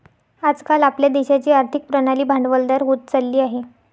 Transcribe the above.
आज काल आपल्या देशाची आर्थिक प्रणाली भांडवलदार होत चालली आहे